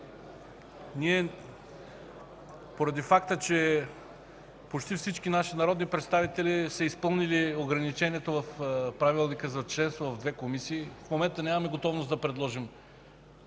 поради факта, че почти всички наши народни представители са изпълнили ограничението в Правилника за членство в две комисии в момента нямаме готовност да предложим